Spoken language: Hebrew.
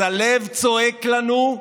אז הלב צועק לנו: